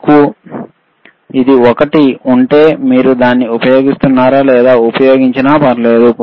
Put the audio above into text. మీకు ఇది ఒకటి ఉంటే మీరు దీన్ని ఉపయోగిస్తున్నారా లేదా ఉపయోగించినా ఫర్వాలేదు